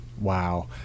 Wow